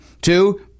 two